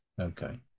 Okay